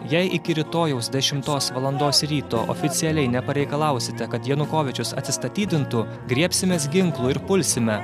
jei iki rytojaus dešimtos valandos ryto oficialiai nepareikalausite kad janukovyčius atsistatydintų griebsimės ginklų ir pulsime